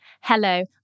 Hello